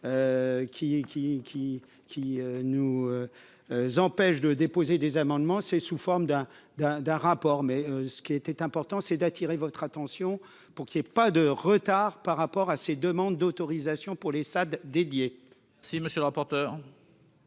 qui nous empêche de déposer des amendements, c'est sous forme d'un d'un d'un rapport, mais ce qui était important, c'est d'attirer votre attention pour qu'il y ait pas de retard par rapport à ces demandes d'autorisation pour les salles dédiées. Si monsieur le rapporteur.